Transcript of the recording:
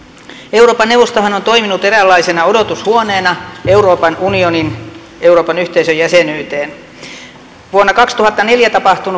euroopan neuvostohan on toiminut eräänlaisena odotushuoneena euroopan unionin euroopan yhteisön jäsenyyteen kun vuonna kaksituhattaneljä tapahtui